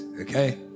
Okay